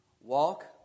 Walk